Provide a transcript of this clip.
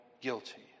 guilty